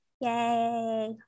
Yay